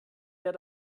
wer